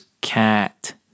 cat